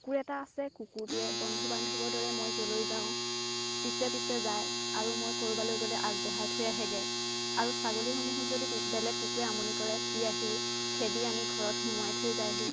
কুকুৰ এটা আছে কুকুৰটোৱে বন্ধু বান্ধৱৰ দৰে মই য'লৈ যাওঁ পিছে পিছে যায় আৰু মই ক'ৰবালৈ গ'লে আগবঢ়াই থৈ আহেগৈ আৰু ছাগলীসমূহক যদি বেলেগ কুকুৰে আমনি কৰে সি আহি খেদি আনি ঘৰত সুমুৱাই থৈ যায়হি